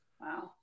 Wow